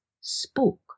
spoke